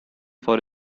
for